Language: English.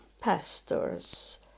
Pastors